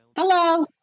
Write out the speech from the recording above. Hello